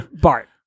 Bart